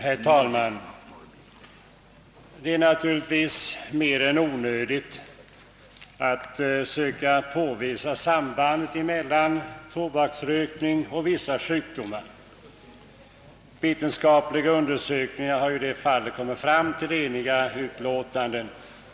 Herr talman! Det är naturligtvis mer än onödigt att söka påvisa sambandet mellan tobaksrökning och vissa sjukdomar. Vetenskapliga undersökningar har i det fallet kommit fram till eniga utlåtanden.